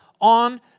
on